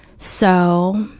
so,